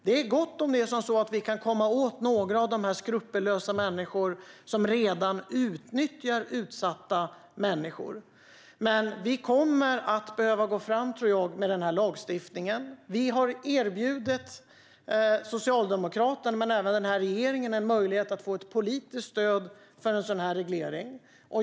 Det är bra om vi kan komma åt några av de skrupelfria personer som utnyttjar utsatta människor, men vi kommer, tror jag, att behöva gå fram med den här lagstiftningen. Vi har erbjudit Socialdemokraterna och även regeringen en möjlighet att få ett politiskt stöd för en sådan reglering.